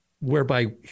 Whereby